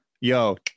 yo